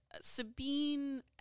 sabine